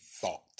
Thought